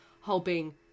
hoping